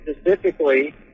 specifically